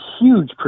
huge